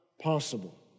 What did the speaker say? possible